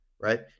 right